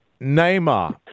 Neymar